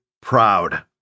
proud